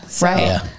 Right